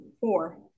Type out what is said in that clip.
four